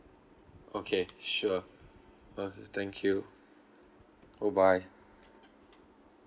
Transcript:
okay sure uh thank you goodbye